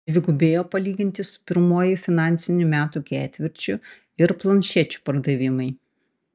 dvigubėjo palyginti su pirmuoju finansinių metų ketvirčiu ir planšečių pardavimai